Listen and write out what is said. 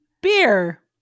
beer